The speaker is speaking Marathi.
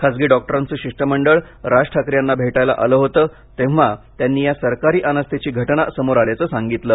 खासगी डॉक्टरांचं शिष्टमंडळ राज ठाकरे यांना भेटायला आलं होतं तेव्हा त्यांनी या सरकारी अनास्थेची घटना समोर आल्याचं सांगितलं